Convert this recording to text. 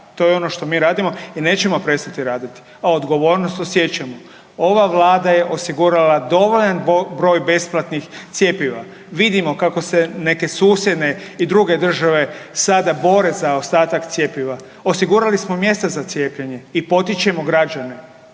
To je ono što mi radimo i nećemo prestati raditi, a odgovornost osjećamo. Ova Vlada je osigurala dovoljan broj besplatnih cjepiva. Vidimo kako se neke susjedne i druge države sada bore za ostatak cjepiva. Osigurali smo mjesta za cijepljenje i potičemo građane.